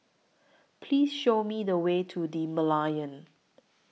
Please Show Me The Way to The Merlion